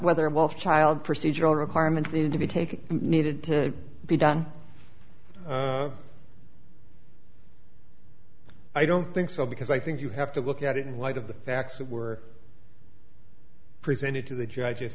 whether involved child procedural requirements needed to be taken and needed to be done i don't think so because i think you have to look at it in light of the facts that were presented to the judge as